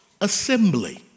assembly